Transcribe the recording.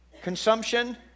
consumption